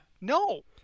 No